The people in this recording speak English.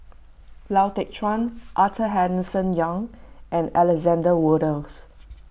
Lau Teng Chuan Arthur Henderson Young and Alexander Wolters